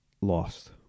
lost